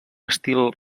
estil